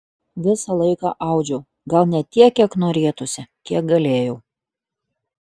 visą laiką audžiau gal ne tiek kiek norėtųsi kiek galėjau